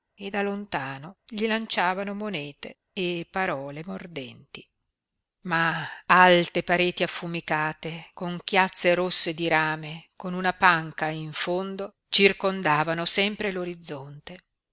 e da lontano gli lanciavano monete e parole mordenti ma alte pareti affumicate con chiazze rosse di rame con una panca in fondo circondavano sempre